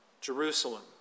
Jerusalem